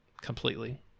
completely